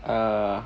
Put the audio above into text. uh